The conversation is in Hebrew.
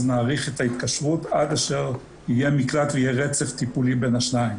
אז נאריך את ההתקשרות עד אשר יהיה מקלט ויהיה רצף טיפולי בין השניים.